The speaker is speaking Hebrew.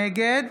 נגד